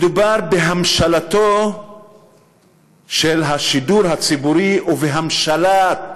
מדובר בהמשלתו של השידור הציבורי ובהמשלת